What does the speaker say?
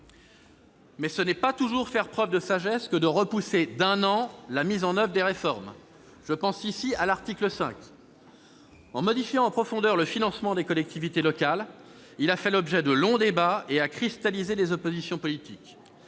Mais ce n'est pas toujours faire preuve de sagesse que de repousser d'un an la mise en oeuvre des réformes. Je pense ici à l'article 5 ... En modifiant en profondeur le financement des collectivités locales, il a fait l'objet de longs débats et cristallisé les oppositions politiques.